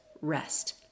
rest